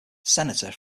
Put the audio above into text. senator